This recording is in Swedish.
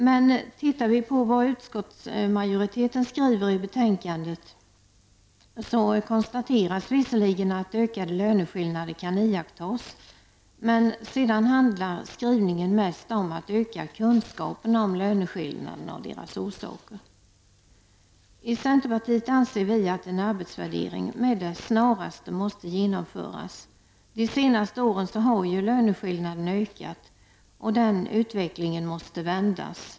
Men tittar vi på vad utskottsmajoriteten skriver i betänkandet så konstateras visserligen att ökade löneskillnader kan iakttas, men sedan handlar skrivningen mest om att man skall öka kunskaperna om löneskillnaderna och deras orsaker. I centerpartiet anser vi att en arbetsvärdering med det snaraste måste genomföras. De senaste åren har löneskillnaderna ökat. Denna utveckling måste vändas.